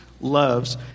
loves